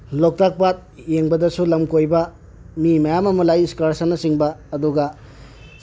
ꯂꯣꯛꯇꯥꯠ ꯄꯥꯠ ꯌꯦꯡꯕꯗꯁꯨ ꯂꯝ ꯀꯣꯏꯕ ꯃꯤ ꯃꯌꯥꯝ ꯑꯃ ꯂꯥꯛꯏ ꯏꯁꯀꯥꯔꯁꯟꯅ ꯆꯤꯡꯕ ꯑꯗꯨꯒ